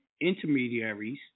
intermediaries